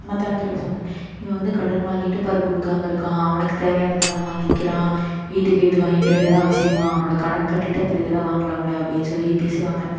மத்தவன்கிட்ட பேசுவாங்க இவன் வந்து கடன் வாங்கிட்டு பார் கொடுக்காம இருக்கான் அவனுக்கு தேவையானது எல்லாம் வாங்கிக்கிறான் வீட்டுக்கு இது வாங்கிக்கிறான் இதெல்லாம் அவசியமா அவனோடய கடன் கட்டிட்டு அப்புறம் இதெல்லாம் வாங்கலாம்லை அப்டின்னு சொல்லி பேசுவாங்க